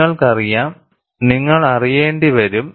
നിങ്ങൾക്കറിയാം നിങ്ങൾ അറിയേണ്ടിവരും